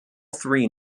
three